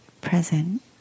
present